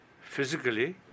physically